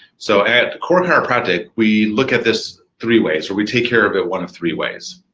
so at core chiropractic, we look at this three ways, or we take care of it one of three ways.